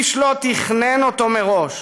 איש לא תכנן אותו מראש.